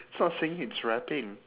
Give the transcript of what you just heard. it's not singing it's rapping